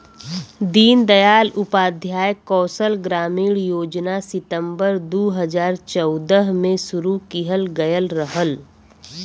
दीन दयाल उपाध्याय कौशल ग्रामीण योजना सितम्बर दू हजार चौदह में शुरू किहल गयल रहल